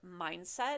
mindset